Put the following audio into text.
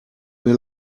mir